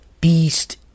beast